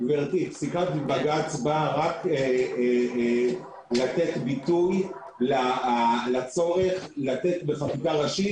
פסיקת בג"ץ באה רק לתת ביטוי לצורך לתת בחקיקה ראשית